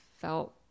felt